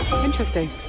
Interesting